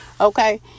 okay